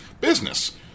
business